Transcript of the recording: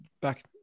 Back